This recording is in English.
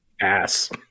Ass